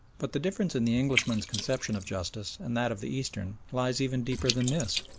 but the difference in the englishman's conception of justice and that of the eastern lies even deeper than this.